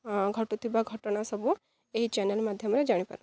ଘଟୁଥିବା ଘଟଣା ସବୁ ଏହି ଚ୍ୟାନେଲ୍ ମାଧ୍ୟମରେ ଜାଣିପାରନ୍ତି